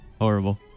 Horrible